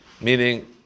meaning